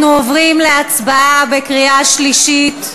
אנחנו עוברים להצבעה בקריאה שלישית.